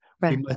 right